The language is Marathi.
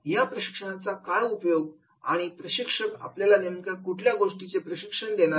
या प्रशिक्षणाचा काय उपयोग आणि प्रशिक्षक आपल्याला नेमक्या कुठल्या गोष्टीचे प्रशिक्षण देणार आहे